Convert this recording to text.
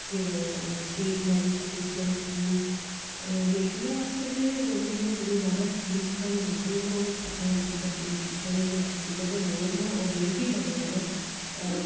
फिर state marriage assistant schemes बेटियां आस्ते गवर्नमेंट ने बडियां ज्यादा स्कीमस स्हानू दित्ती दियां ना जेहडे़ इद्धर दे लोक ना ओह् अवेल बी करी दे ना हां